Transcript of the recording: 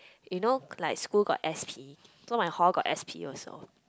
you know like school got S_P so my hall got S_P also